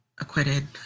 acquitted